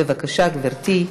בבקשה, גברתי,